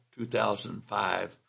2005